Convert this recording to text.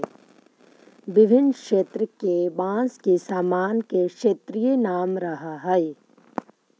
विभिन्न क्षेत्र के बाँस के सामान के क्षेत्रीय नाम रहऽ हइ